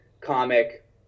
comic